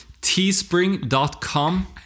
teespring.com